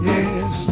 Yes